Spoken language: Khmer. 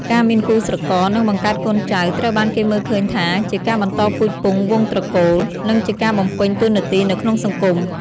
ការមានគូស្រករ និងបង្កើតកូនចៅ ត្រូវបានគេមើលឃើញថាជាការបន្តពូជពង្សវង្សត្រកូល និងជាការបំពេញតួនាទីនៅក្នុងសង្គម ។